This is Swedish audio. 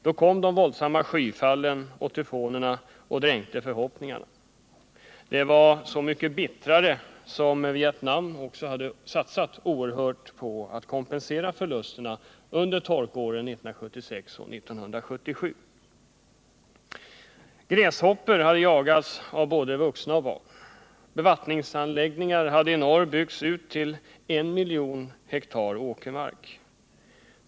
Då kom de våldsamma skyfallen och tyfonerna och dränkte förhoppningarna. Det var så mycket bittrare som Vietnam hade satsat oerhört på att kompensera förlusterna under torkåren 1976 och 1977. Gräshoppor hade jagats av både vuxna och barn. Bevattningsanläggningar hade i norr byggts ut till I miljon hektar åkermark.